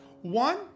One